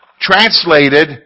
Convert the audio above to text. translated